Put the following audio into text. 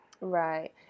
right